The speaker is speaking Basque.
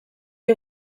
ohi